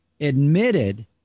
admitted